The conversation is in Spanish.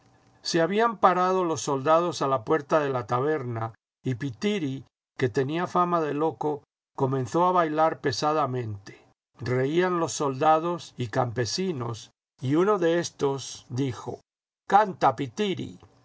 se habían parado ios soldados a la puerta de la taberna y pithiri que tenía fama de loco comenzó a bailar pesadamente reían los soldados y campesinos y uno de éstos dijo canta pithiri